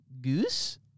Goose